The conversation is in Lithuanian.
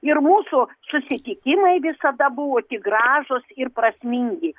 ir mūsų susitikimai visada buvo tik gražūs ir prasmingi